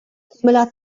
similar